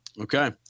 Okay